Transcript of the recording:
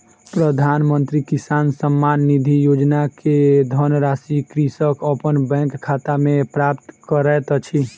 प्रधानमंत्री किसान सम्मान निधि योजना के धनराशि कृषक अपन बैंक खाता में प्राप्त करैत अछि